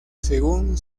según